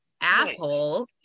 asshole